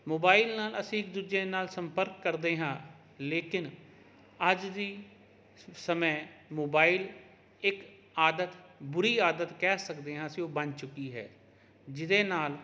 mobile ਨਾਲ ਅਸੀਂ ਇੱਕ ਦੂਜੇ ਨਾਲ ਸੰਪਰਕ ਕਰਦੇ ਹਾਂ ਲੇਕਿਨ ਅੱਜ ਦੇ ਸਮੇਂ ਮੋਬਾਇਲ ਇੱਕ ਆਦਤ ਬੁਰੀ ਆਦਤ ਕਹਿ ਸਕਦੇ ਹਾਂ ਅਸੀਂ ਉਹ ਬਣ ਚੁੱਕੀ ਹੈ ਜਿਹਦੇ ਨਾਲ